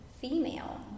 female